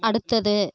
அடுத்தது